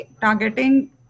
targeting